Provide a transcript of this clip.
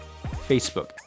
Facebook